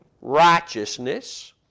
righteousness